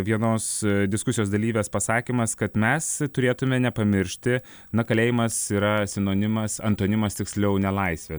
vienos diskusijos dalyvės pasakymas kad mes turėtume nepamiršti na kalėjimas yra sinonimas antonimas tiksliau ne laisvė